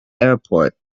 airport